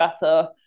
better